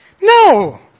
No